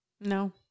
no